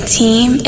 team